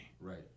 right